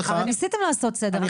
הנוסח לא ברור.